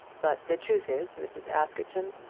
but the truth is, mrs. askerton,